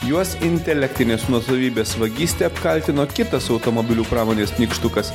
juos intelektinės nuosavybės vagyste apkaltino kitas automobilių pramonės nykštukas